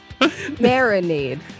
Marinade